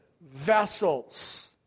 vessels